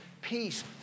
peace